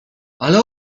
ale